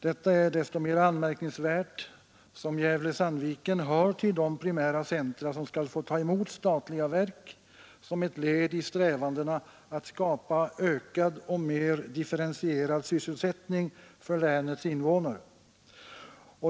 Detta är desto mera anmärkningsvärt som Gävle-Sandviken hör till de primära centra som skall få ta emot statliga verk som ett led i strävandena att skapa ökad och mer differentierad sysselsättning för länets invånare.